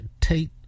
Tate